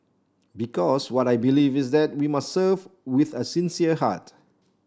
because what I believe is that we must serve with a sincere heart